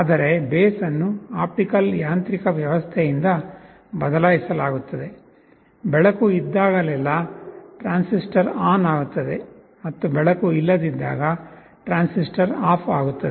ಆದರೆ ಬೇಸ್ ಅನ್ನು ಆಪ್ಟಿಕಲ್ ಯಾಂತ್ರಿಕ ವ್ಯವಸ್ಥೆಯಿಂದ ಬದಲಾಯಿಸಲಾಗುತ್ತದೆ ಬೆಳಕು ಇದ್ದಾಗಲೆಲ್ಲಾ ಟ್ರಾನ್ಸಿಸ್ಟರ್ ಆನ್ ಆಗುತ್ತದೆ ಮತ್ತು ಬೆಳಕು ಇಲ್ಲದಿದ್ದಾಗ ಟ್ರಾನ್ಸಿಸ್ಟರ್ ಆಫ್ ಆಗುತ್ತದೆ